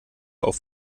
auf